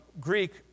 Greek